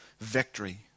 victory